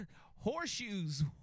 Horseshoes